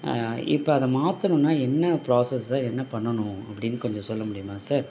இப்போ அதை மாற்றணுன்னா என்ன ப்ராசஸ்ஸு என்ன பண்ணணும் அப்படின்னு கொஞ்சம் சொல்ல முடியுமா சார்